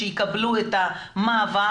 יקבלו את המעבר